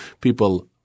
people